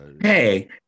Hey